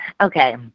okay